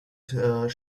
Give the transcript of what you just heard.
she